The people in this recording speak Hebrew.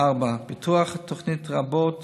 4. פיתוח תוכניות רבות